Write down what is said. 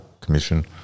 commission